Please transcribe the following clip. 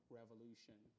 revolution